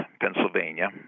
Pennsylvania